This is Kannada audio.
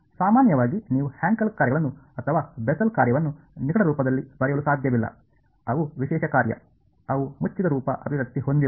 ಸಾಮಾನ್ಯವಾಗಿ ನೀವು ಹ್ಯಾಂಕೆಲ್ ಕಾರ್ಯಗಳನ್ನು ಅಥವಾ ಬೆಸೆಲ್ ಕಾರ್ಯವನ್ನು ನಿಕಟ ರೂಪದಲ್ಲಿ ಬರೆಯಲು ಸಾಧ್ಯವಿಲ್ಲ ಅವು ವಿಶೇಷ ಕಾರ್ಯ ಅವು ಮುಚ್ಚಿದ ರೂಪ ಅಭಿವ್ಯಕ್ತಿ ಹೊಂದಿಲ್ಲ